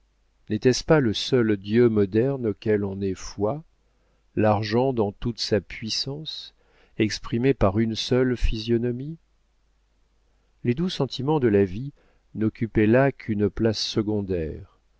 n'était-ce pas le seul dieu moderne auquel on ait foi l'argent dans toute sa puissance exprimé par une seule physionomie les doux sentiments de la vie n'occupaient là qu'une place